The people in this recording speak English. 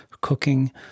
cooking